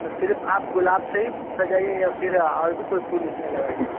तो सिर्फ आप गुलाब से ही सजाइए या फिर और भी कोई फूल उसमें लगाइएगा